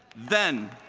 then,